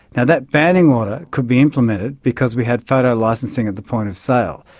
yeah that banning order could be implemented because we had photo licensing at the point of sale.